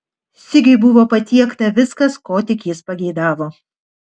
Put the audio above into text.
sigiui buvo patiekta viskas ko tik jis pageidavo